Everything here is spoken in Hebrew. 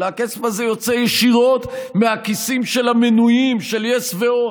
אלא הכסף הזה יוצא ישירות מהכיסים של המנויים של יס והוט,